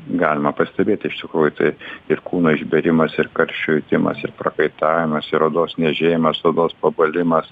galima pastebėti iš tikrųjų tai ir kūno išbėrimas ir karščio jutimas ir prakaitavimas ir odos niežėjimas odos pabalimas